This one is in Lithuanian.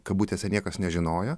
kabutėse niekas nežinojo